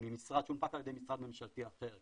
שהונפק על ידי משרד ממשלתי אחר.